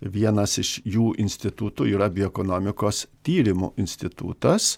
vienas iš jų institutų yra bioekonomikos tyrimų institutas